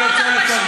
שלא יסלקו אותך,